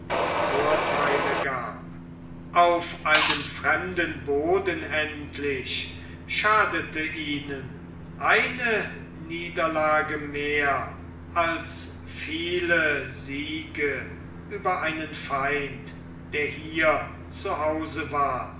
vortheile gab auf einem fremden boden endlich schadete ihnen eine niederlage mehr als viele siege über einen feind der hier zu hause war